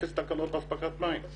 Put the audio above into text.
אפס תקלות באספקת מים,